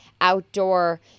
outdoor